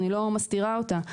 אני לא מסתירה אותה.